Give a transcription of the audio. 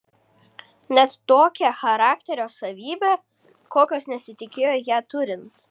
net tokią charakterio savybę kokios nesitikėjo ją turint